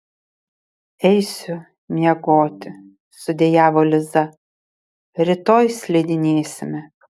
eisiu miegoti sudejavo liza rytoj slidinėsime